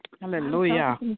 Hallelujah